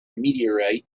meteorite